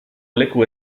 leku